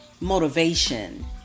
motivation